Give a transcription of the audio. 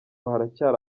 haracyari